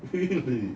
really